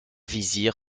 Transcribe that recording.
vizir